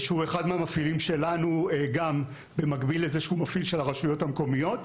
שהוא אחד מהמפעילים שלנו במקביל לזה שהוא מפעיל של הרשויות המקומיות.